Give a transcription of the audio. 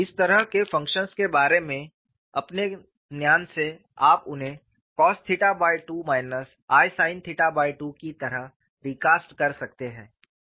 इस तरह के फंक्शन्स के बारे में अपने ज्ञान से आप उन्हें cos2 isin2 की तरह रीकास्ट कर सकते हैं